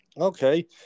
Okay